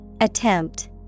Attempt